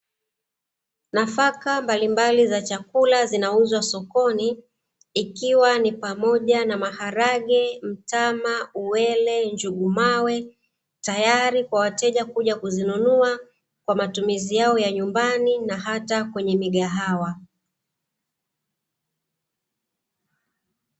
Nafaka mbalimbali za chakula zinauzwa sokoni, ikiwa ni pamoja na: maharage, mtama, uwele na njugu mawe; tayari kwa wateja kuja kuzinunua kwa matumizi yao ya nyumbani na hata kwenye migahawa.